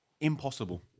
Impossible